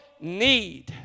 need